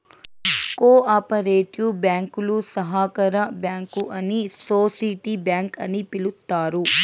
co operative బ్యాంకులు సహకార bank అని సోసిటీ బ్యాంక్ అని పిలుత్తారు